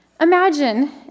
Imagine